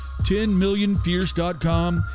10millionfierce.com